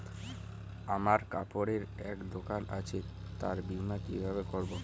আমার কাপড়ের এক দোকান আছে তার বীমা কিভাবে করবো?